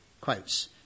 Quotes